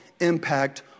impact